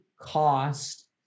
cost